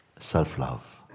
self-love